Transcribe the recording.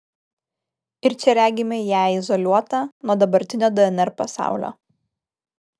ir čia regime ją izoliuotą nuo dabartinio dnr pasaulio